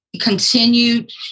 continued